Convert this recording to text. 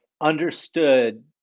understood